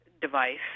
device